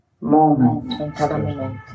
moment